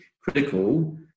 critical